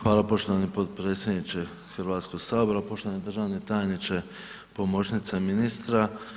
Hvala poštovani potpredsjedniče Hrvatskoga sabora, poštovani državni tajniče, pomoćnice ministra.